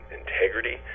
integrity